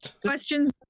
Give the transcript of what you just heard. questions